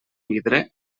vidre